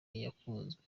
yakunzwe